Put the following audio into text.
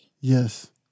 Yes